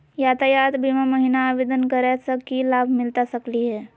यातायात बीमा महिना आवेदन करै स की लाभ मिलता सकली हे?